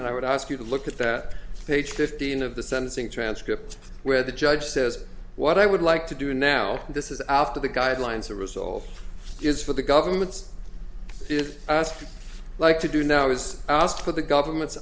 and i would ask you to look at that page fifteen of the sentencing transcript where the judge says what i would like to do now and this is after the guidelines the result is for the governments if you like to do now is ask for the government